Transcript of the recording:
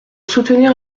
soutenir